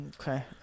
Okay